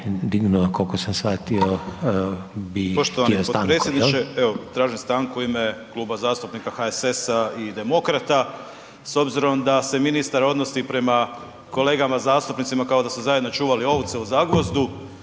dignuo koliko sam shvatio bi htio stanku.